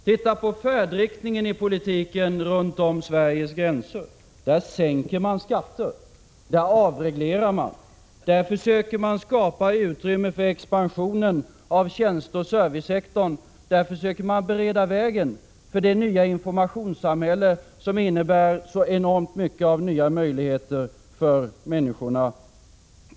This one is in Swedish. Titta på färdriktningen inom politiken i länder runt omkring Sveriges gränser. Där sänker man skatter, där avreglerar man, där försöker man skapa utrymme för expansion av tjänsteoch servicesektorn och där försöker man bereda vägen för det nya informationssamhälle som innebär så enormt många nya möjligheter för människorna.